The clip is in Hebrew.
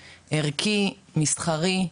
ערכי, מסחרי,